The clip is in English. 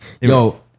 Yo